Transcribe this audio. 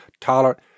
tolerant